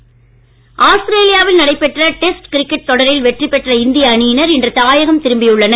cricket அணி ஆஸ்திரேலியாவில் நடைபெற்ற டெஸ்ட் கிரிக்கெட் தொடரில் வெற்றி பெற்ற இந்திய அணியினர் இன்று தாயகம் திரும்பி உள்ளனர்